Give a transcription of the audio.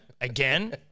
again